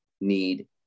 need